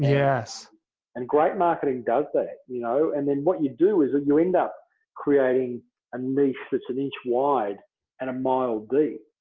and great marketing does that, you know. and then what you do is you end up creating a niche that's an inch wide and a mile deep.